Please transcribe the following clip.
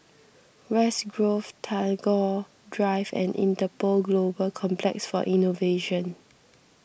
West Grove Tagore Drive and Interpol Global Complex for Innovation